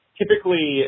typically